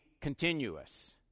continuous